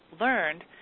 learned